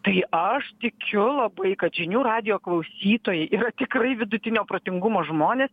tai aš tikiu labai kad žinių radijo klausytojai yra tikrai vidutinio protingumo žmonės